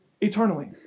eternally